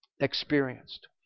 experienced